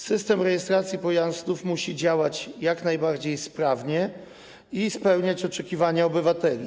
System rejestracji pojazdów musi działać jak najbardziej sprawnie i spełniać oczekiwania obywateli.